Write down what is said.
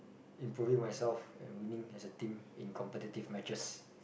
improving myself and winning as a team in competitive matches